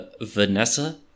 Vanessa